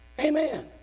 amen